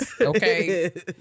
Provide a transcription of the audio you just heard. okay